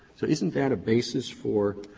so isn't that a basis for